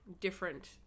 different